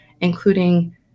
including